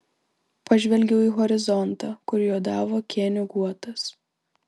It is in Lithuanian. pažvelgiau į horizontą kur juodavo kėnių guotas